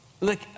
Look